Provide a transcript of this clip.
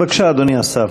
בבקשה, אדוני השר.